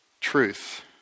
truth